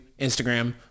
Instagram